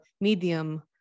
medium